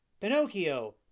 Pinocchio